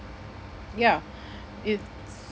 ya it's